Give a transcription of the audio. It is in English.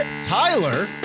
Tyler